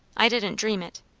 i didn't dream it.